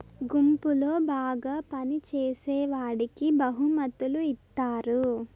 గుంపులో బాగా పని చేసేవాడికి బహుమతులు ఇత్తారు